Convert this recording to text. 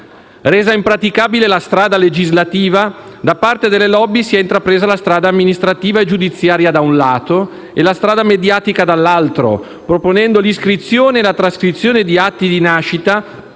Resa impraticabile la strada legislativa, da parte delle *lobby* si è intrapresa la strada amministrativa e giudiziaria da un lato e la strada mediatica dall'altro, proponendo l'iscrizione e la trascrizione di atti di nascita